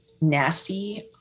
nasty